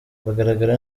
bagaragara